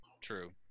True